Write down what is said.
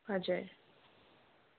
हजुर